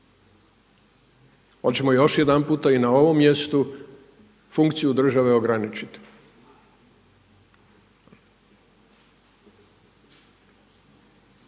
Hoćemo još jedanputa i na ovom mjestu funkciju države ograničiti?